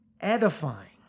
edifying